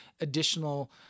additional